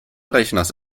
rechners